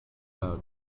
out